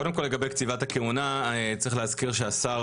קודם כל לגבי קציבת הכהונה צריך להזכיר שהשר